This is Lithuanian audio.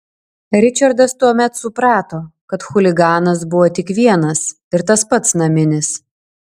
ričardas tuomet suprato kad chuliganas buvo tik vienas ir tas pats naminis